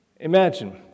Imagine